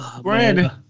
Brandon